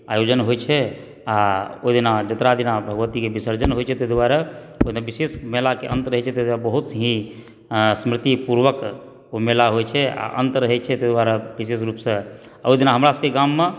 आयोजन होइत छै आ ओहि दिना जतरा दिना भगवतीके विसर्जन होइत छै ताहि दुआरे कनी विशेष मेलाके अन्त रहैत छै ताहि दुआरे बहुत ही स्मृति पूर्वक ओ मेला होइत छै आ अन्त रहैत छै ताहि दुआरे विशेष रूपसंँ ओहि दिना हमर सबकेँ गाममे